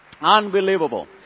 Unbelievable